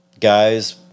Guys